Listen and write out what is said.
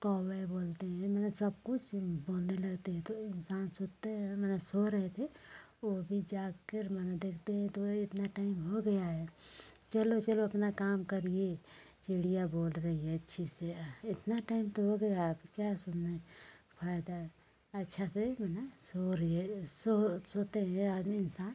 कौवे बोलते हैं माने सब कुछ सुन बोलने लगते हैं तो इंसान सोचते हैं माने सो रहे थे ओ भी जागकर माने देखते हैं तो ए इतना टाइम हो गया है चलो चलो अपना काम करिए चिड़िया बोल रही है अच्छे से इतना टाइम तो हो गया है अब क्या सोना है फ़ायदा है अच्छा से माने सो रहे हैं सो सोते हैं आदमी इंसान